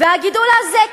והגידול הזה כלל,